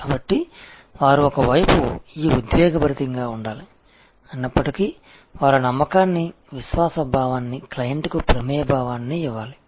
కాబట్టి వారు ఒక వైపు ఈ ఉద్వేగభరితంగా ఉండాలి అయినప్పటికీ వారు ఆ నమ్మకాన్ని విశ్వాస భావాన్ని క్లయింట్కు ప్రమేయ భావాన్ని ఇవ్వాలి